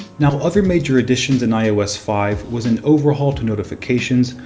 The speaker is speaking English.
now other major additions in ios five was an overhaul to notifications,